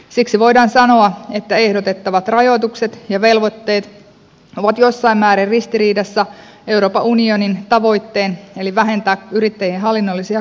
siksi voidaan sanoa että ehdotettavat rajoitukset ja velvoitteet ovat jossain määrin ristiriidassa euroopan unionin tavoitteen eli yrittäjien hallinnollisten kulujen vähentämisen kanssa